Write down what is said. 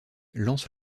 lance